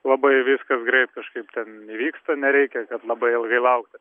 labai viskas greit kažkaip ten įvyksta nereikia kad labai ilgai laukti